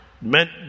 meant